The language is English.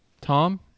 Tom